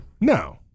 No